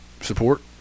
support